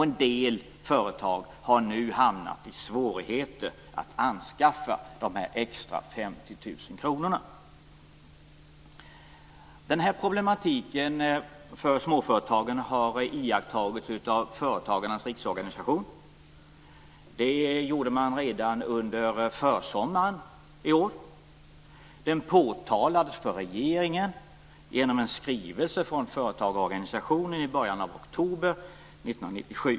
En del företag har nu hamnat i svårigheter när det gäller att anskaffa de extra 50 000 kronorna. Denna problematik för småföretagen har iakttagits av Företagarnas riksorganisation. Det gjorde man redan under försommaren. Den påtalades för regeringen genom en skrivelse från företagarorganisationen i början av oktober 1997.